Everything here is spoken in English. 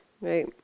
right